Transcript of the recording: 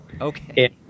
Okay